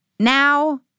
Now